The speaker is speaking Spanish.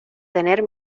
tener